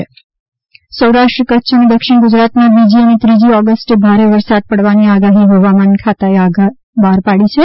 વરસાદ ની અગાહી સૌરાષ્ટ્ર કચ્છ અને દક્ષિણ ગુજરાતમાં બીજી અને ત્રીજી ઓગસ્ટે ભારે વરસાદ પડવાની આગાહી હવામાન ખાતાએ બહાર પાડી છે